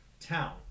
town